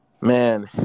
man